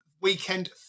Weekend